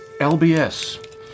LBS